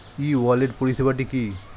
ই wallet পরিষেবাটি কি?